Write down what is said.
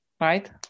right